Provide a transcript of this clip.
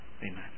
Amen